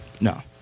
No